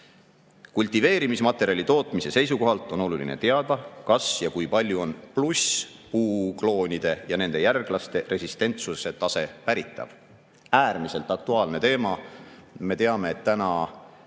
Kultiveerimismaterjali tootmise seisukohalt on oluline teada, kas ja kui palju on plusspuukloonide ja nende järglaste resistentsuse tase päritav. Äärmiselt aktuaalne teema. Me teame, et täna